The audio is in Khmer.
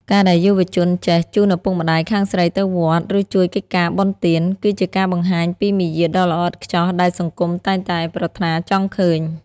ការដែលយុវជនចេះ "ជូនឪពុកម្ដាយខាងស្រីទៅវត្ត" ឬជួយកិច្ចការបុណ្យទាន គឺជាការបង្ហាញពីមារយាទដ៏ល្អឥតខ្ចោះដែលសង្គមតែងតែប្រាថ្នាចង់ឃើញ។